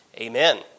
amen